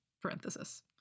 parenthesis